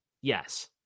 Yes